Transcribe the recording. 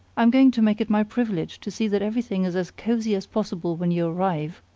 i'm going to make it my privilege to see that everything is as cosey as possible when you arrive.